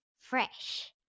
Fresh